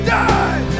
die